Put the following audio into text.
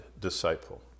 disciple